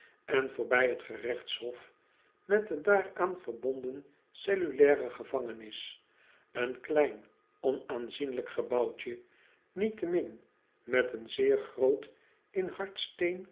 en voorbij het gerechtshof met de daaraan verbonden cellulaire gevangenis en klein onaanzienlijk gebouwtje niettemin met een zeer groot in